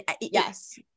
yes